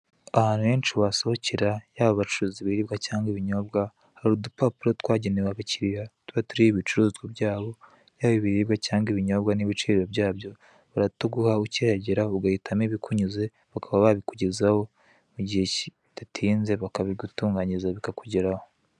Ahantu henshi wasohokera yaba bacuruza ibiribwa cyangwa ibinyobwa hari udupapuro twagenewe abakiriya tuba turiho ibicuruzwa byabo yaba ibiribwa cyangwa ibinyobwa n'ibiciro byabyo baratuguha ukihagera ugahitamo ibikunyuze bakaba babikugezaho mu gihe kidatinze bakabigutunganyiriza bikakugeraho.